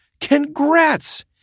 Congrats